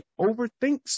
overthinks